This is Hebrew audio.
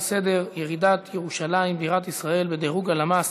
הצעות לסדר-היום בנושא: ירידת ירושלים בירת ישראל בדירוג הלמ"ס